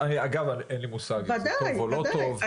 אגב, אין לי מושג אם זה טוב או לא טוב.